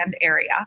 area